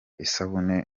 isabune